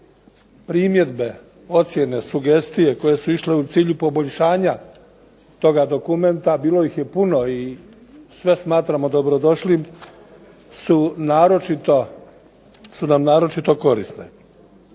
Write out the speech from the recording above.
primjedbe, ocjene, sugestije koje su išle u cilju poboljšanja toga dokumenta, a bilo ih je puno i sve smatramo dobrodošlim, su nam naročito korisne.